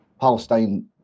Palestine